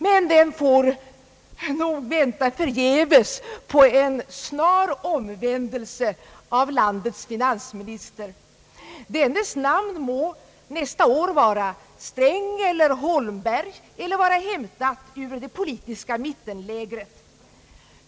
Men den får nog vänta förgäves på en snar omvändelse av landets finansminister — dennes namn må vara Sträng eller Holmberg nästa år eller vara hämtat ur det politiska mittenlägret.